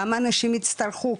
כמה אנשים יצטרכו,